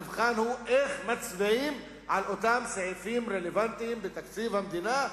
המבחן הוא איך מצביעים על אותם סעיפים רלוונטיים בתקציב המדינה,